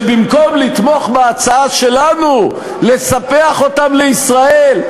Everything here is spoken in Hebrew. שבמקום לתמוך בהצעה שלנו לספח אותם לישראל,